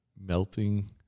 melting